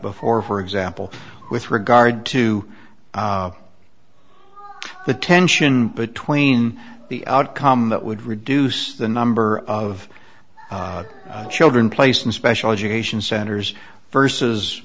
before for example with regard to the tension between the outcome that would reduce the number of children placed in special education centers versus